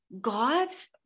God's